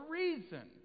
reason